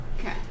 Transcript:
Okay